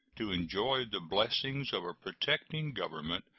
to enjoy the blessings of a protecting government,